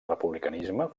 republicanisme